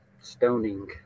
stoning